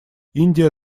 индия